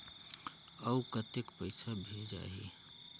अउ कतेक पइसा भेजाही?